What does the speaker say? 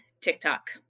TikTok